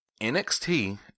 NXT